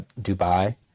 Dubai